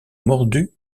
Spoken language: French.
mordue